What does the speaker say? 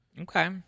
Okay